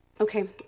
Okay